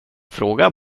frågar